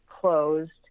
closed